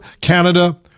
Canada